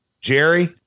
Jerry